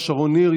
שרון ניר,